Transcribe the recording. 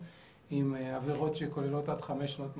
עם עבירות שכוללות עד חמש שנות מאסר.